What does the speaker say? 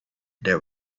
there